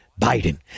Biden